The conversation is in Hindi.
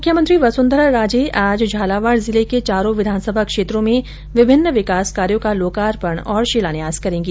मुख्यमंत्री वसुन्धरा राजे आज झालावाड जिले के चारों विधानसभा क्षेत्रों में विभिन्न विकास कार्यों का लोकार्पण और शिलान्यास करेंगी